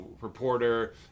reporter